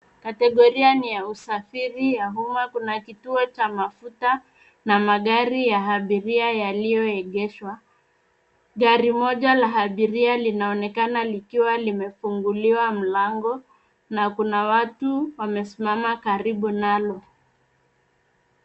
Kategoria ni ya usafiri ya umma. Kuna kituo cha mafuta na magari ya abiria yaliyoegeshwa. Gari moja la abiria linaonekana likiwa limefunguliwa mlango na kuna watu wamesimama karibu nalo.